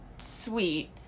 sweet